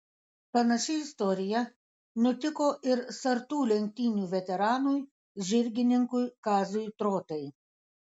panaši istorija nutiko ir sartų lenktynių veteranui žirgininkui kaziui trotai